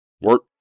Work